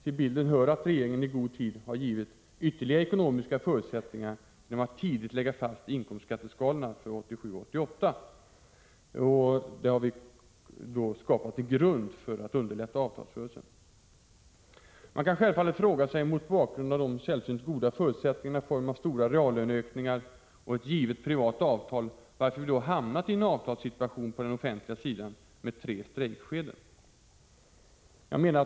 Till bilden hör att regeringen i god tid har givit ytterligare ekonomiska förutsättningar genom att tidigt lägga fram förslag till inkomstskatteskalor för 1987 och 1988. Där har regeringen skapat en grund för att avtalsrörelsen skall underlättas. Man kan självfallet fråga sig, mot bakgrund av de sällsynt goda förutsättningarna i form av stora reallöneökningar och ett givet privatavtal, varför vi har hamnat i en avtalssituation på den offentliga sidan med tre strejkskeden.